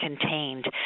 contained